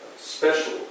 special